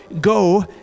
go